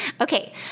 Okay